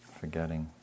forgetting